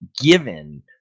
given